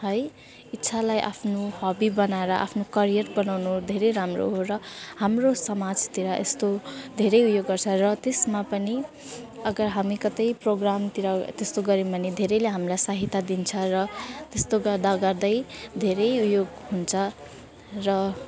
है इच्छालाई आफ्नो हबी बनाएर आफ्नो करियर बनाउनु धेरै राम्रो हो र हाम्रो समाजतिर यस्तो धेरै उयो गर्छ र त्यसमा पनि अगर हामी कतै प्रोग्रामतिर त्यस्तो गर्यौँ भने धेरैले हामीलाई सहायता दिन्छ र त्यस्तो गर्दागर्दै धेरै उयो हुन्छ र